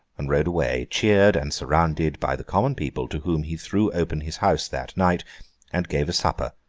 and rode away, cheered and surrounded by the common people, to whom he threw open his house that night and gave a supper,